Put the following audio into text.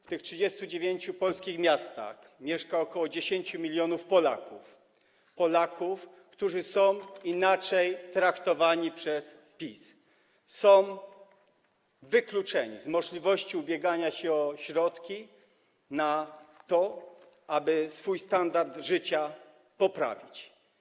W tych 39 polskich miastach łącznie mieszka ok. 10 mln Polaków, obywateli, którzy są inaczej traktowani przez PiS, są wykluczeni z możliwości ubiegania się o środki na to, aby swój standard życia poprawić.